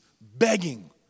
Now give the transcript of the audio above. Begging